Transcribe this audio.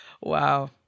Wow